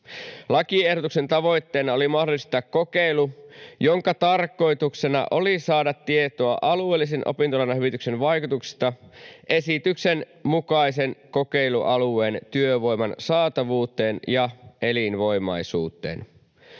Lakiehdotuksen tavoitteena oli mahdollistaa kokeilu, jonka tarkoituksena oli saada tietoa alueellisen opintolainahyvityksen vaikutuksista esityksen mukaisen kokeilualueen työvoiman saatavuuteen ja elinvoimaisuuteen.